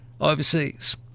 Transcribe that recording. overseas